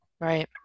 Right